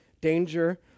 danger